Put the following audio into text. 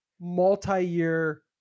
multi-year